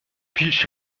پیش